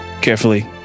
carefully